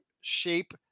shape